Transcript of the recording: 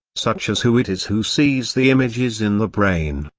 such as who it is who sees the images in the brain.